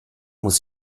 muss